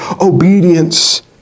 obedience